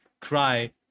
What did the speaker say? cry